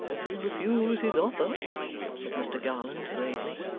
if you refuse his offer said mr garland gravely.